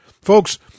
Folks